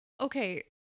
okay